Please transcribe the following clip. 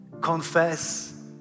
confess